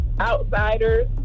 outsiders